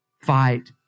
Fight